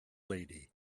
lady